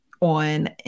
on